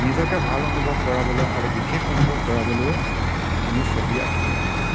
নিজকে ভাল অনুভৱ কৰাবলৈ আৰু বিশেষ অনুভৱ কৰাবলৈও আমি ছবি আঁকিব লাগে